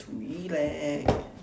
to relax